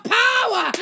power